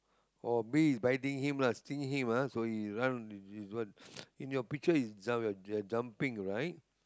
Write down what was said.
oh bee is biting him lah stinging him ah so he run in your picture he is jump your jump jumping right